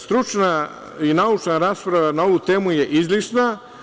Stručna i naučna rasprava na ovu temu je izlišna.